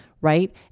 right